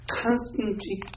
constantly